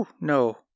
no